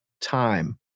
time